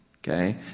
Okay